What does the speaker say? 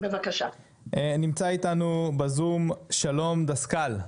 נמצא איתנו בזום שלום דסקל.